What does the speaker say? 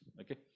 okay